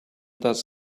does